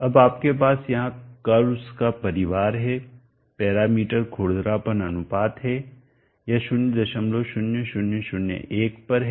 अब आपके पास यहां कर्व्स का परिवार है पैरामीटर खुरदरापन अनुपात है यह 00001 पर है